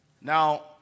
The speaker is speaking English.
Now